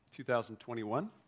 2021